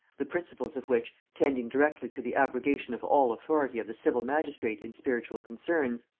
the principles of which, tending directly to the abrogation of all authority of the civil magistrate in spiritual concerns,